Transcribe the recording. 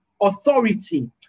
authority